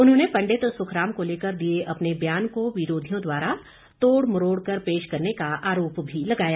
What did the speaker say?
उन्होंने पंडित सुखराम को लेकर दिए अपने ब्यान को विरोधियों द्वारा तोड़ मरोड़ कर पेश करने का आरोप भी लगाया